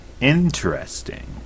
Interesting